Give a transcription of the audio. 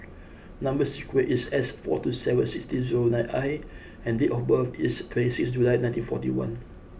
number sequence is S four two seven six zero nine I and date of birth is twenty six July nineteen forty one